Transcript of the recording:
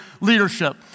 leadership